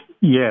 Yes